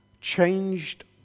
changed